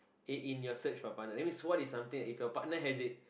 eh in your search for a partner that means what is something that if your partner has it